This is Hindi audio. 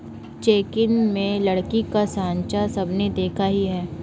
किचन में लकड़ी का साँचा सबने देखा ही है